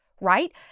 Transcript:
right